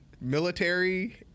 military